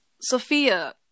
Sophia